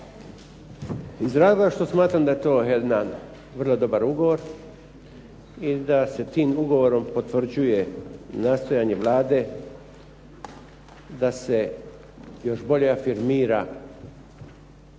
iz razloga što smatram da je to jedan vrlo dobar ugovor i da se tim ugovorom potvrđuje nastojanje Vlade da se još bole afirmira